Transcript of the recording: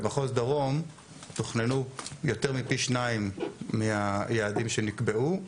במחוז דרום תוכננו יותר מפי שניים מהיעדים שנקבעו,